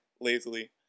Lazily